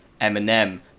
Eminem